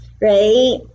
right